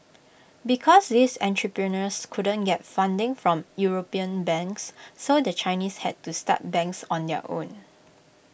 because these entrepreneurs couldn't get funding from european banks so the Chinese had to start banks on their own